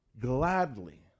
gladly